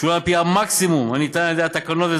שולם על-פי המקסימום האפשרי על-פי התקנות,